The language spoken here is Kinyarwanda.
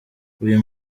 uyu